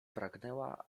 pragnęła